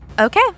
Okay